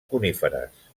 coníferes